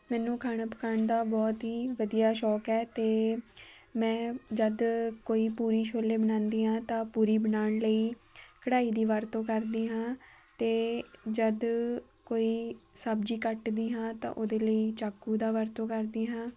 ਮੈਨੂੰ ਖਾਣਾ ਪਕਾਉਣ ਦਾ ਬਹੁਤ ਹੀ ਵਧੀਆ ਸ਼ੌਂਕ ਹੈ ਅਤੇ ਮੈਂ ਜਦ ਕੋਈ ਪੂਰੀ ਛੋਲੇ ਬਣਾਉਂਦੀ ਹਾਂ ਤਾਂ ਪੂਰੀ ਬਣਾਉਣ ਲਈ ਕੜਾਈ ਦੀ ਵਰਤੋਂ ਕਰਦੀ ਹਾਂ ਅਤੇ ਜਦ ਕੋਈ ਸਬਜ਼ੀ ਕੱਟਦੀ ਹਾਂ ਤਾਂ ਉਹਦੇ ਲਈ ਚਾਕੂ ਦਾ ਵਰਤੋਂ ਕਰਦੀ ਹਾਂ